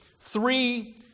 three